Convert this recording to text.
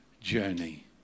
journey